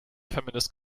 feminist